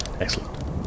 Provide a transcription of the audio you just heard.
Excellent